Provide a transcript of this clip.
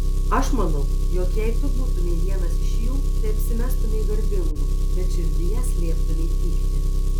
aš manau jog jei tu būtumei vienas iš jų tai apsimestumei garbingu bet širdyje slėptumei pyktį